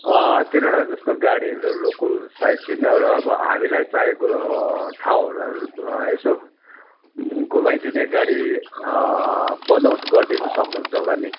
तिनवटा जस्तो गाडीहरू लोकल साइट सिन अब हामीलाई चाहिएको ठाउँहरूमा यसो म घुमाइ दिने गाडी बन्दबस्त गरिदिनु सक्नुहुन्छ होला नि